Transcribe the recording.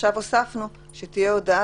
עכשיו הוספנו שתהיה הודעה